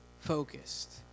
focused